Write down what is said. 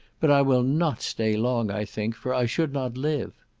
but i will not stay long, i think, for i should not live.